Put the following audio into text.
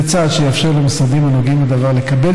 זה צעד שיאפשר למשרדים הנוגעים בדבר לקבל